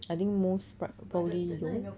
I think most pro~ probably no